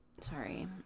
sorry